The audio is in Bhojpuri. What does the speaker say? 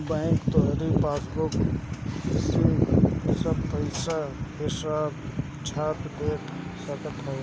बैंक तोहरी पासबुक में सब पईसा के हिसाब छाप के दे सकत हवे